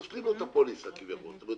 כושלים לו את הפוליסה כביכול,